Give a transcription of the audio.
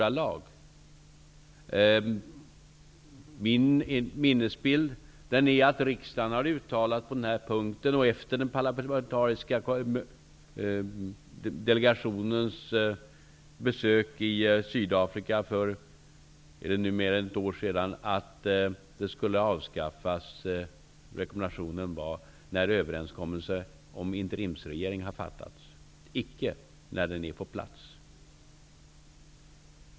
Min minnesbild är att riksdagen på den punkten, efter den parlamentariska delegationens besök i Sydafrika för mer än ett år sedan, uttalade att sanktionerna skulle avskaffas. Rekommendationen var att det skulle ske när överenskommelse om interimsregering har fattats, icke när den är på plats.